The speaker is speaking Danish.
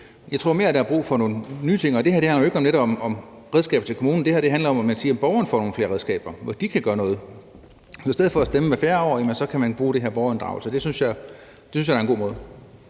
Jeg tror mere, der er brug for nogle nye ting, og det her handler jo netop ikke om redskaber til kommunen. Det her handler om, at man siger, at borgerne får nogle flere redskaber, og at de kan gøre noget. Så i stedet for at stemme hvert fjerde år, kan man bruge det her med borgerinddragelse. Det synes jeg er en god måde.